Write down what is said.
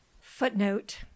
footnote